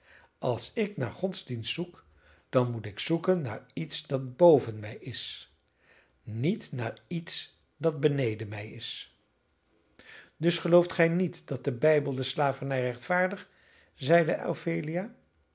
als ik naar godsdienst zoek dan moet ik zoeken naar iets dat boven mij is niet naar iets dat beneden mij is dus gelooft gij niet dat de bijbel de slavernij rechtvaardigt zeide ophelia